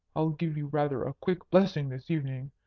i'll give you rather a quick blessing this evening.